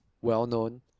well-known